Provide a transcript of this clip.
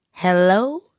Hello